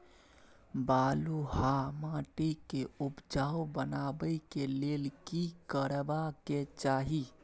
बालुहा माटी के उपजाउ बनाबै के लेल की करबा के चाही?